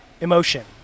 emotion